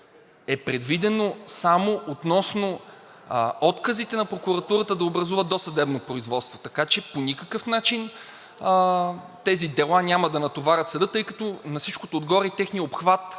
е предвидено само относно отказите на прокуратурата да образува досъдебно производство, така че по никакъв начин тези дела няма да натоварят съда, тъй като на всичкото отгоре и техният обхват